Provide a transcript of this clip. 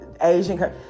Asian